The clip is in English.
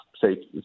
say